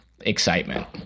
excitement